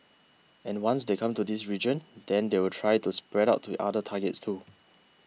and once they come to this region then they will try to spread out to other targets too